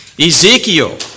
Ezekiel